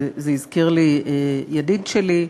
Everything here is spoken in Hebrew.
וזה הזכיר לי ידיד שלי,